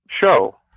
show